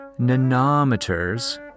Nanometers